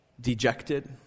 Dejected